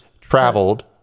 traveled